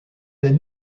des